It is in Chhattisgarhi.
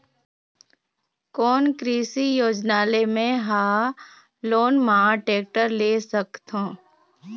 कोन कृषि योजना ले मैं हा लोन मा टेक्टर ले सकथों?